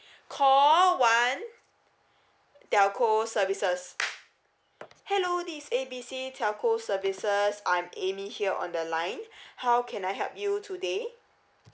call one telco services hello this is A B C telco services I'm amy here on the line how can I help you today